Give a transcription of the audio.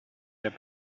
der